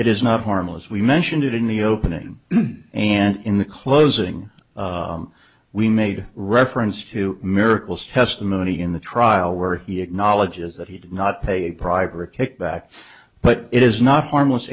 it is not harmless we mentioned it in the opening and in the closing we made reference to miracles testimony in the trial where he acknowledges that he did not pay a private kickback but it is not harmless